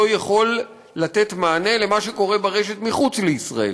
יכול לתת מענה למה שקורה ברשת מחוץ לישראל,